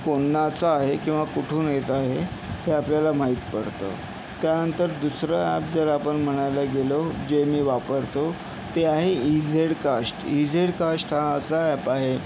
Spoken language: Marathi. कोणाचा आहे किंवा कुठून येत आहे हे आपल्याला माहीत पडतं त्यानंतर दुसरं ॲप जर आपण म्हणायला गेलो जे मी वापरतो ते आहे E Z cast E Z cast हा असा ॲप आहे